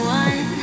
one